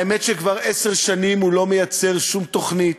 האמת היא שכבר עשר שנים הוא לא מייצר שום תוכנית,